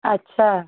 अच्छा